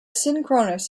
synchronous